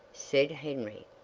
said henry.